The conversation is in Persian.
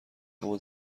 اما